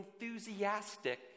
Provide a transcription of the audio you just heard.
enthusiastic